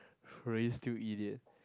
will you still eat it